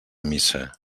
missa